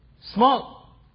small